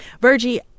Virgie